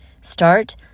Start